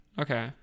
Okay